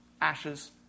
ashes